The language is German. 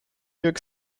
york